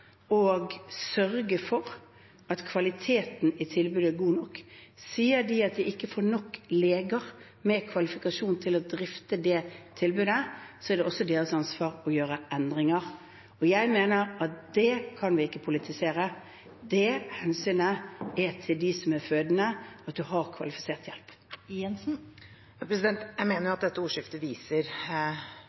sørge for at kvaliteten i tilbudet er god nok. Sier de at de ikke får nok leger med kvalifikasjoner til å drifte det tilbudet, er det også deres ansvar å gjøre endringer. Jeg mener at det kan vi ikke politisere, det hensynet er overfor dem som er fødende, at de har kvalifisert hjelp. Siv Jensen – til oppfølgingsspørsmål. Jeg mener at dette ordskiftet viser